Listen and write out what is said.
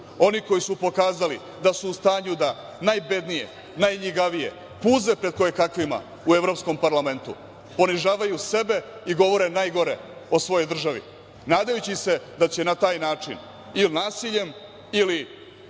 koji su pokazali da su u stanju da najbednije, najljigavije puze pred kojekakvima u Evropskom parlamentu, ponižavaju sebe i govore najgore o svojoj državi, nadajući se da će na taj način ili nasiljem ili